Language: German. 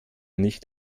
nicht